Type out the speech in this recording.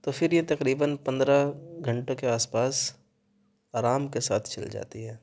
تو پھر یہ تقریباً پندرہ گھنٹے کے آس پاس آرام کے ساتھ چل جاتی ہے